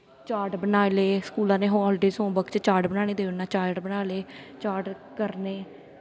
chart बनाई ले school आह्लें हालिडे होम वर्क च चार्ट बनाने गी गेई ओड़ना चार्ट बनाई ले चार्ट करने